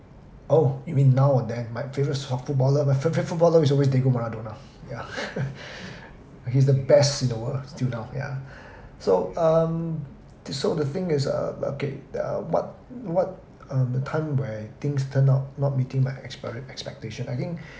oh you mean now or then my favourite footballer my favourite footballer is always diego maradona ya he's the best in the world still now ya so um so the thing is uh okay uh what what um the time where things turn out not meeting my experi~ expectation I think